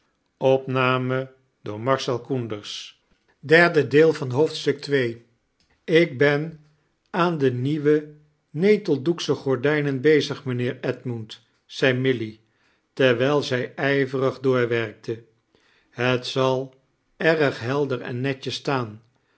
ik ben aan de nieuwe neteldoeksche gordijnen bezig mijnheer edmund zei milly terwijl zij ijverig doorwerkte het zal erg helder en netjes staan